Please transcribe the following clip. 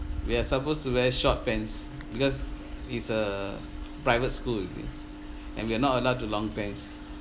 we are supposed to wear short pants because it's a private school you see and we're not allowed to long pants